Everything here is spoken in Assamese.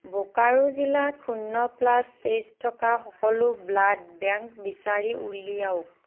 বোকাৰো জিলাত শূন্য প্লাছ তেজ থকা সকলো ব্লাড বেংক বিচাৰি উলিয়াওক